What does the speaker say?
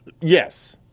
Yes